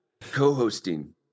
co-hosting